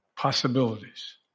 possibilities